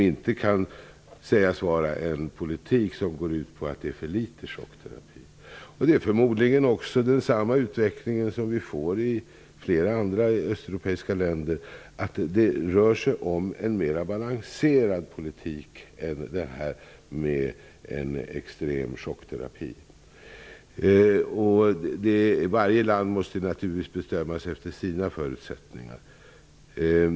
Denna politik går inte ut på att det är för litet av chockterapi. Vi kommer förmodligen också att få se samma utveckling i flera andra östeuropeiska länder. Det skall vara en mera balanserad politik i stället för en extrem chockterapi. Varje land måste naturligtvis bestämma sig utifrån sina egna förutsättningar.